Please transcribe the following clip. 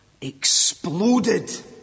exploded